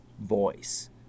voice